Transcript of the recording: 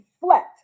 reflect